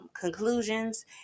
conclusions